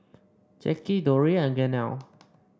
Jacky Dori and Gaynell